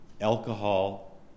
alcohol